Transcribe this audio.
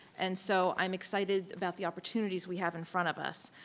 and so i'm excited about the opportunities we have in front of us.